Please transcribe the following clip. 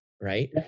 right